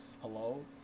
hello